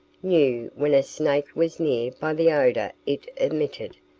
knew when a snake was near by the odour it emitted,